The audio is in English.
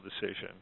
decision